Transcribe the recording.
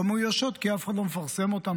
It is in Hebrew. לא מאוישות כי אף אחד לא מפרסם אותן,